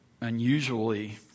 unusually